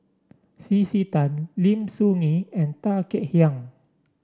C C Tan Lim Soo Ngee and Tan Kek Hiang